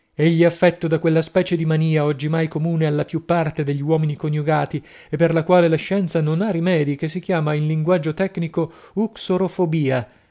egli è affetto da quella specie di mania oggimai comune alla più parte degli uomini coniugati e per la quale la scienza non ha rimedii che si chiama in linguaggio tecnico